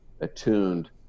attuned